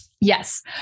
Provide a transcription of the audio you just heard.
Yes